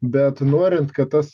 bet norint kad tas